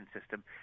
system